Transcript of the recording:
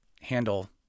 handle